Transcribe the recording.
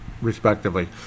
respectively